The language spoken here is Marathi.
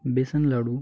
बेसन लाडू